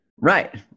right